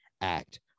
act